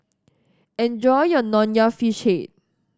enjoy your Nonya Fish Head